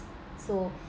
so